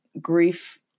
grief